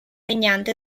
regnante